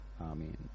Amen